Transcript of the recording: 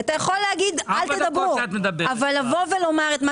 לא יכול להיות שאנחנו לא יכולים לאתר